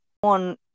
One